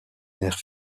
nerfs